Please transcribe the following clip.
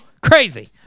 crazy